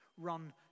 Run